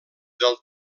del